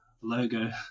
logo